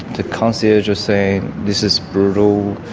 the concierge was saying, this is brutal.